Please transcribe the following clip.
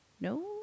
No